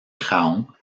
craon